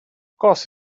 course